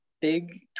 big